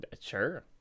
Sure